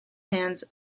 hands